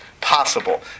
possible